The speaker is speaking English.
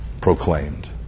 proclaimed